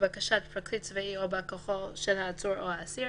לבקשת פרקליט צבאי או בא כוחו של העצור או האסיר,